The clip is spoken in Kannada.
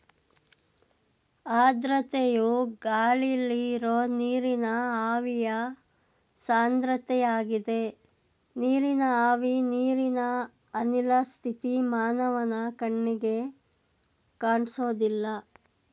ಆರ್ದ್ರತೆಯು ಗಾಳಿಲಿ ಇರೋ ನೀರಿನ ಆವಿಯ ಸಾಂದ್ರತೆಯಾಗಿದೆ ನೀರಿನ ಆವಿ ನೀರಿನ ಅನಿಲ ಸ್ಥಿತಿ ಮಾನವನ ಕಣ್ಣಿಗೆ ಕಾಣ್ಸೋದಿಲ್ಲ